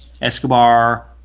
escobar